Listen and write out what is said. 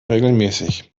regelmäßig